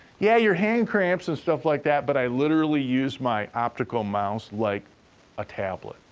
yeah, your hand cramps and stuff like that, but i literally used my optical mouse like a tablet,